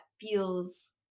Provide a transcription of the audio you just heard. feels